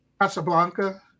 Casablanca